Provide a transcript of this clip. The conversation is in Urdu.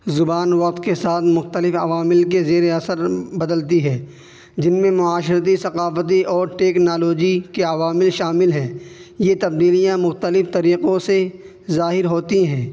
زبان وقت کے ساتھ مختلف عوامل کے زیرِ اثر بدلتی ہے جن میں معاشرتی ثقافتی اور ٹیکنالوجی کے عوامل شامل ہیں یہ تبدیلیاں مختلف طریقوں سے ظاہر ہوتی ہیں